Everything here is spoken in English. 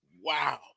wow